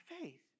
faith